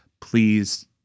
please